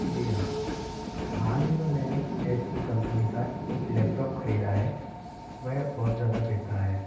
जी हाँ हाल ही में मैंने एच पी कम्पनी का एक लैपटॉप ख़रीदा है वह बहुत ज़्यादा बेकार है